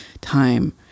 time